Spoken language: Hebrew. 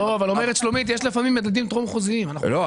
לא,